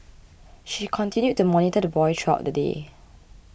she continued to monitor the boy throughout the day